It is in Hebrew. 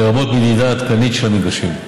לרבות מדידה עדכנית של המגרשים.